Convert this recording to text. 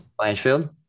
Blanchfield